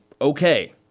Okay